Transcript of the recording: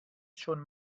schon